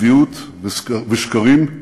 בשלום כבמלחמה.